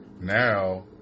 Now